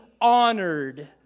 honored